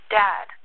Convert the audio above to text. dad